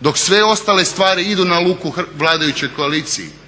dok sve ostale stvari idu na ruku vladajućoj koaliciji.